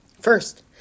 First